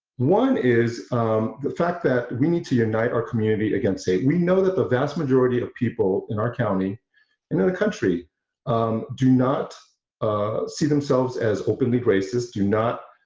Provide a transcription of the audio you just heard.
one is the fact that we need to unite our community against hate we know that the vast majority of people in our county and in the country um do not ah see themselves as openly racist, do not